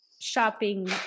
shopping